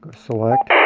select.